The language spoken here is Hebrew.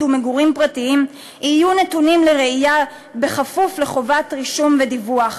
ומגורים פרטיים יהיו נתונים לרעייה בכפוף לחובת רישום ודיווח.